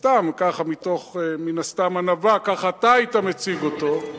סתם, ככה, מן הסתם, ענווה, כך אתה היית מציג אותו,